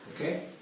okay